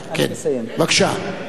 כן, בבקשה.